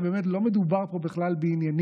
אתה לא מבין מה הם עשו?